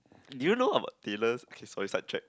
do you know about Taylor's okay sorry sidetrack